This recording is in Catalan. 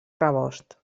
rebost